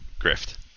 Grift